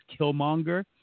Killmonger